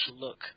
look